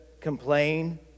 complain